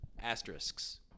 Asterisks